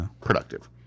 productive